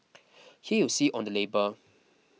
here you see on the label